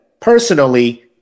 personally